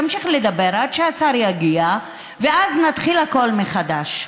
אמשיך לדבר עד שהשר יגיע, ואז נתחיל הכול מחדש.